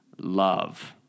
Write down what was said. love